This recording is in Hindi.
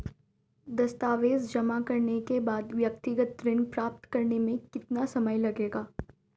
दस्तावेज़ जमा करने के बाद व्यक्तिगत ऋण प्राप्त करने में कितना समय लगेगा?